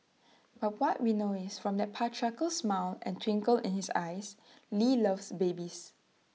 but what we know is from that patriarchal smile and twinkle in his eyes lee loves babies